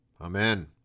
amen